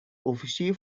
officier